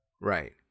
Right